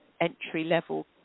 entry-level